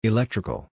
Electrical